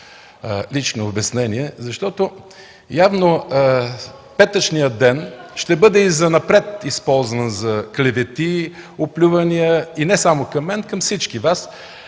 лично обяснение, защото явно петъчният ден и занапред ще бъде използван за клевети, оплювания и не само към мен, и към всички Вас.